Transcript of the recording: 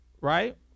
right